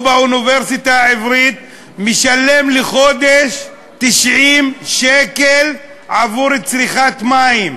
באוניברסיטה העברית משלם לחודש 90 שקל עבור צריכת מים.